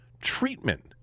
treatment